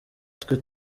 twe